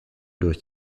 durch